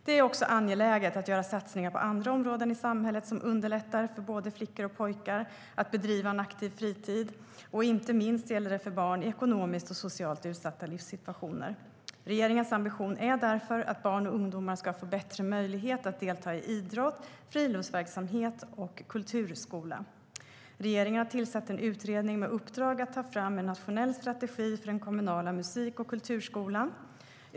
Det är också angeläget att göra satsningar på andra områden i samhället som underlättar för både flickor och pojkar att bedriva en aktiv fritid, och inte minst gäller det för barn i ekonomiskt och socialt utsatta livssituationer. Regeringens ambition är därför att barn och ungdomar ska få bättre möjligheter att delta i idrott, friluftsverksamhet och kulturskola. Regeringen har tillsatt en utredning med uppdrag att ta fram en nationell strategi för den kommunala musik och kulturskolan.